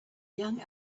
young